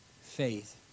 faith